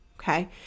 okay